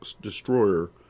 destroyer